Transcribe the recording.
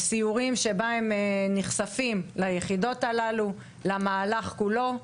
סיורים שבהם הם נחשפים ליחידות הללו, למהלך כולו.